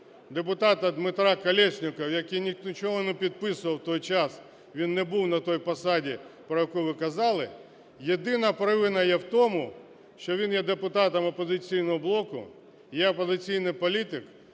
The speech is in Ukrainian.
депутата Дмитра Колєснікова, який нічого не підписував в той час, він не був на тій посаді, про яку ви казали, єдина провина є в тому, що він є депутатом "Опозиційного блоку", є опозиційний політик